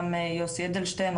גם יוסי אדלשטיין,